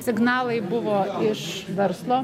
signalai buvo iš verslo